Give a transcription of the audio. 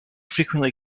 frequently